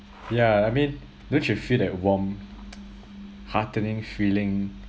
yeah I mean don't you feel that warm heartening feeling